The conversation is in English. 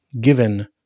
given